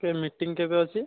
କେବେ ମିଟିଂ କେବେ ଅଛି